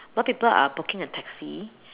while people are booking a taxi